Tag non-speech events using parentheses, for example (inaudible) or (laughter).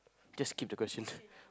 just skip the question (laughs)